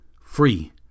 free